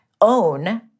own